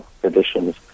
traditions